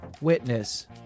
witness